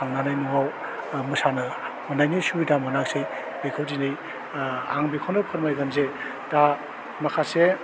थांनानै न'आव ओह मोसानो मोननायनि सुबिदा मोनासै बेखौ दिनै ओह आं बेखौनो फोरमायगोन जे दा माखासे